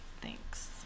Thanks